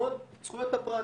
חשובות מאוד זכויות הפרט,